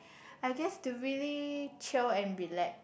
I guess to really chill and relax